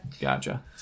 Gotcha